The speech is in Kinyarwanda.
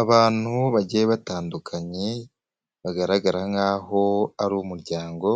Abantu bagiye batandukanye bagaragara nkaho ari umuryango